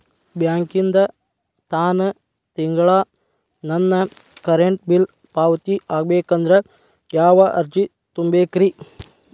ಬ್ಯಾಂಕಿಂದ ತಾನ ತಿಂಗಳಾ ನನ್ನ ಕರೆಂಟ್ ಬಿಲ್ ಪಾವತಿ ಆಗ್ಬೇಕಂದ್ರ ಯಾವ ಅರ್ಜಿ ತುಂಬೇಕ್ರಿ?